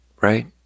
right